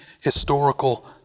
historical